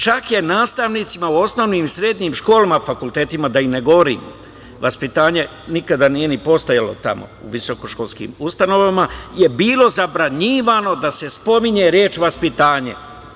Čak je nastavnicima u osnovnim i srednjim školama, o fakultetima da i ne govorim, vaspitanje nikada nije ni postojalo tamo u visokoškolskim ustanovama, bilo zabranjivano da se spominje reč vaspitanje.